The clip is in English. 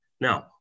Now